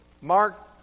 Mark